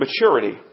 Maturity